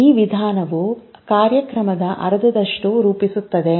ಈ ವಿಧಾನವು ಕಾರ್ಯಕ್ರಮದ ಅರ್ಧದಷ್ಟು ರೂಪಿಸುತ್ತದೆ